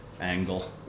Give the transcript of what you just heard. angle